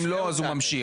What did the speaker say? ואם לא אז הוא ממשיך,